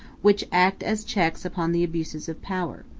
which act as checks upon the abuses of power.